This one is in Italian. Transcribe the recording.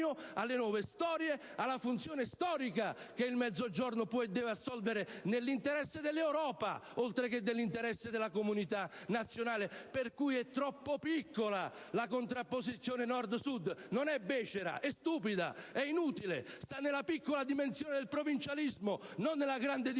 alle nuove storie, alla funzione storica che il Mezzogiorno può e deve assolvere nell'interesse dell'Europa, oltre che nell'interesse della comunità nazionale. Pertanto, è troppo piccola la contrapposizione Nord-Sud; non è becera, è stupida, è inutile, sta nella piccola dimensione del provincialismo, non nella grande dimensione